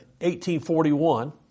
1841